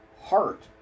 heart